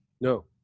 No